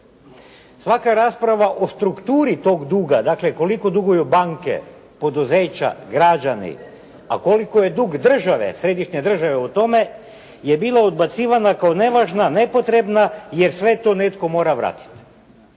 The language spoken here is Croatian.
Svaka rasprava o strukturi tog duga, dakle koliko duguju banke, poduzeća, građani, a koliko je dug države, središnje države o tome je bila odbacivana kao nevažna, nepotrebna, jer sve to netko mora vratiti.